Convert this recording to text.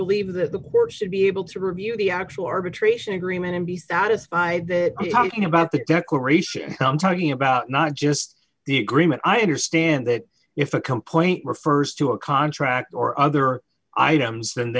believe that the work should be able to review the actual arbitration agreement and be satisfied that talking about the declaration come talking about not just the agreement i understand that if a complaint refers to a contract or other items